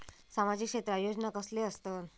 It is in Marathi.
सामाजिक क्षेत्रात योजना कसले असतत?